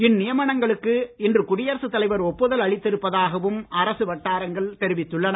இந்நியமனங்களுக்கு இன்று குடியரசுத் தலைவர் ஒப்புதல் அளித்திருப்பதாகவும் அரசு வட்டாரங்கள் தெரிவித்துள்ளன